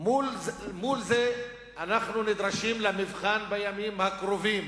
מול זה אנחנו נדרשים למבחן בימים הקרובים.